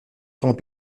sont